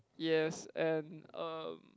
yes and um